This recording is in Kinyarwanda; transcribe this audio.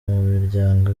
miryango